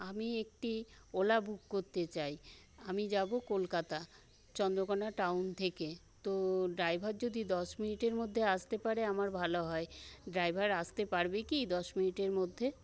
আমি একটি ওলা বুক করতে চাই আমি যাবো কলকাতা চন্দ্রকোনা টাউন থেকে তো ড্রাইভার যদি দশ মিনিটের মধ্যে আসতে পারে আমার ভালো হয় ড্রাইভার আসতে পারবে কি দশ মিনিটের মধ্যে